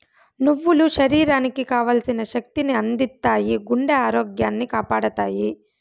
నువ్వులు శరీరానికి కావల్సిన శక్తి ని అందిత్తాయి, గుండె ఆరోగ్యాన్ని కాపాడతాయి